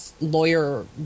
lawyer